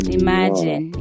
imagine